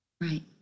Right